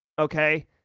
okay